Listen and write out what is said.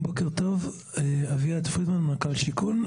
שלום לכולם, אני אביעד פרידמן, מנכ"ל משרד השיכון.